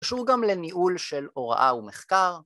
‫קשור גם לניהול של הוראה ומחקר.